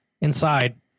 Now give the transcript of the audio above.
inside